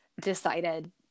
decided